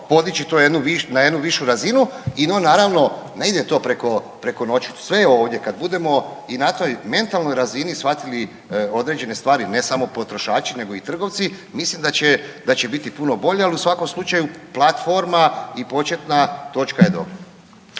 podići to na jednu višu razinu i naravno ne ide to preko noći. Sve ovdje kad budemo i na toj mentalnoj razini shvatili određene stvari ne samo potrošači, nego i trgovci mislim da će biti puno bolje. Ali u svakom slučaju platforma i početna točka je dobra.